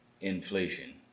inflation